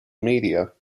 media